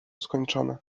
skończone